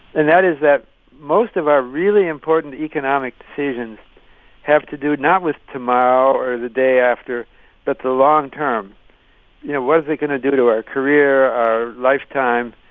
and that is that most of our really important economic decisions have to do not with tomorrow or the day after but the long-term. you know, what is it going to do to our career, our lifetime,